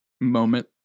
moment